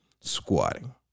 squatting